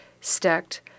stacked